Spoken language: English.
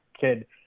kid